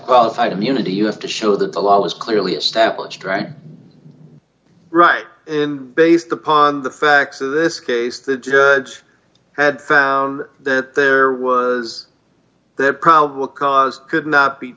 qualified immunity you have to show that the law was clearly established right right in based upon the facts of this case the judge had found that there was there probable cause could not be